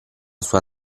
sua